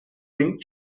link